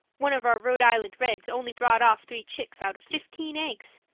one of our rhode island reds only brought off three chicks out of fifteen eggs.